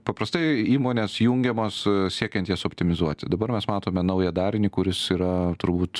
paprastai įmonės jungiamos siekiant jas optimizuoti dabar mes matome naują darinį kuris yra turbūt